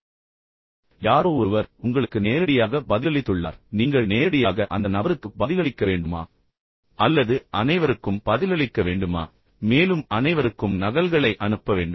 யாரோ ஒருவர் மற்றவர்களுக்கு நகல் மூலமும் உங்களுக்கு நேரடியாக பதிலளித்துள்ளார் ஆனால் நீங்கள் நேரடியாக அந்த நபருக்கு பதிலளிக்க வேண்டுமா அல்லது அனைவருக்கும் பதிலளிக்க வேண்டுமா என்பதை நீங்கள் தீர்மானிக்க வேண்டும் மேலும் அனைவருக்கும் நகல்களை அனுப்ப வேண்டும்